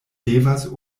devas